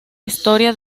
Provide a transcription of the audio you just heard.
historia